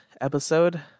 episode